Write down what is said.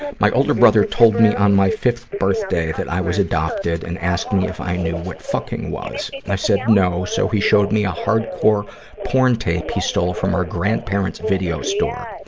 my other brother told me on my fifth birthday that i was adopted and asked me if i knew what fucking was. i said no, so he showed me a hard-core porn tape he stole from our grandparents video store.